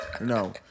No